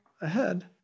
ahead